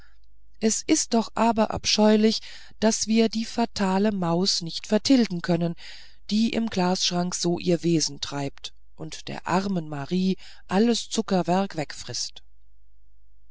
es ist doch aber abscheulich daß wir die fatale maus nicht vertilgen können die im glasschrank so ihr wesen treibt und der armen marie alles zuckerwerk